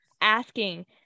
asking